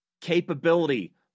capability